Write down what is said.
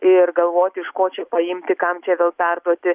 ir galvoti iš ko čia paimti kam čia vėl perduoti